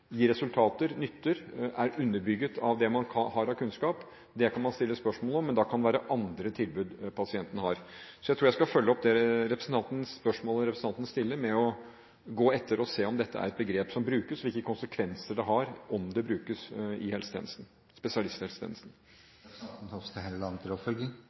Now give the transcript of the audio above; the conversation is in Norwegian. gir resultater og nytter, er underbygd av det man har av kunnskap. Det kan man stille spørsmål om, men da kan det være andre tilbud pasienten har. Jeg tror jeg skal følge opp det spørsmålet representanten stiller ved å gå etter og se om dette er et begrep som brukes, og hvilke konsekvenser det har om det brukes i